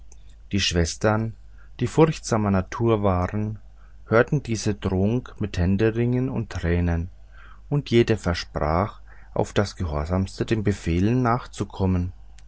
die schwestern die furchtsamer natur waren hörten diese drohungen mit händeringen und tränen und jede versprach auf das gehorsamste den befehlen nachzukommen